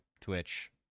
Twitch